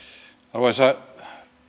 arvoisa